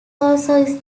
also